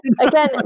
again